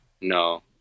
no